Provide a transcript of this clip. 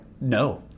No